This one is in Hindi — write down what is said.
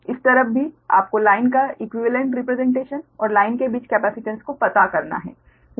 आपको लाइन का इक्वीवेलेंट रिप्रेसेंटेशन और लाइन के बीच कैपेसिटेन्स को पता करना है